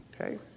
Okay